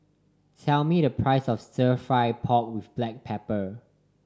tell me the price of Stir Fry pork with black pepper